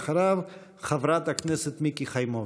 אחריו, חברת הכנסת מיקי חיימוביץ'.